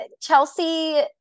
Chelsea